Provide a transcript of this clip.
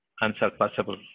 unsurpassable